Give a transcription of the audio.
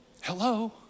Hello